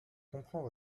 comprends